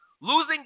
Losing